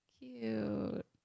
Cute